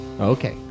Okay